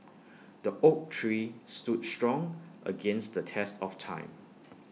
the oak tree stood strong against the test of time